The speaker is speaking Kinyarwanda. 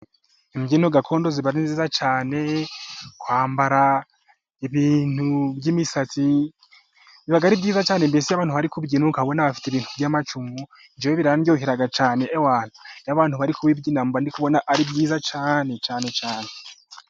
Imbyino gakondo ziba ari nziza cyane kwambara ibintu by'imisatsi biba ari byiza, mbese abantu bari kubyina ukabona bafite ibintu by'amacumu njye birandyohera cyane, ewana iyo abantu bari kubibyina mbandikubona ari byiza cyane cyane cyane .